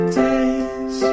days